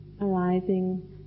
arising